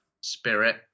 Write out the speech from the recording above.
Spirit